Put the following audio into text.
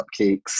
cupcakes